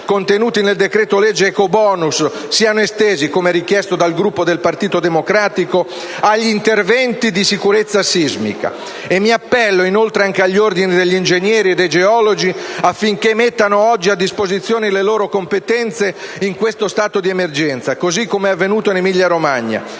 contenuti nel decreto-legge ecobonus siano estesi come - richiesto dal Gruppo del Partito Democratico - agli interventi di sicurezza sismica. Mi appello, inoltre, anche agli ordini degli ingegneri e dei geologi affinché mettano oggi a disposizione le loro competenze in questo stato di emergenza, così come è avvenuto in Emilia-Romagna.